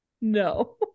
No